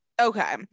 Okay